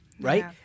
right